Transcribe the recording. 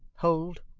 hold.